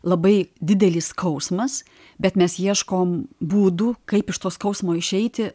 labai didelis skausmas bet mes ieškom būdų kaip iš to skausmo išeiti